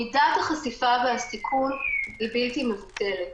מידת החשיפה והסיכון היא בלתי מבוטלת.